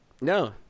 No